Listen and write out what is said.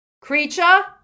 Creature